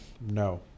No